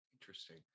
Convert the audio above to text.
Interesting